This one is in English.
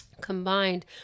combined